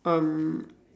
um